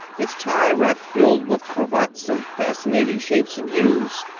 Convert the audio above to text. its tie rack filled with cravats of fascinating shapes and hues,